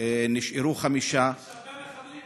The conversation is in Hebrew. נשארו חמש, יש הרבה מחבלים.